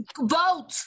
Vote